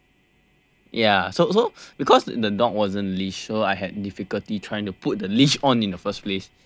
ya so so because the dog wasn't leashed so I had difficulty trying to put the leash on in the first place